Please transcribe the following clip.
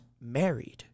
married